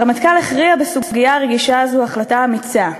הרמטכ"ל הכריע בסוגיה הרגישה הזאת החלטה אמיצה,